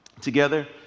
together